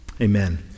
Amen